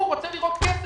הוא רוצה לראות כסף.